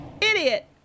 Idiot